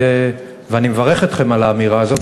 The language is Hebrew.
ואני מברך אתכם על האמירה הזאת,